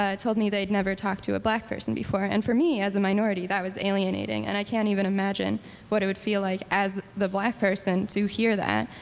told me they'd never talked to a black person before. and for me, as a minority, that was alienating. and i can't even imagine what it would feel like as the black person to hear that.